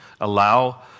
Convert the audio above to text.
allow